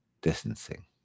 distancing